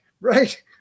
right